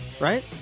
Right